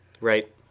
Right